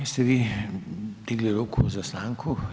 Jeste vi digli ruku za stanku?